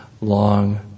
long